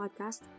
podcast